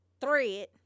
Thread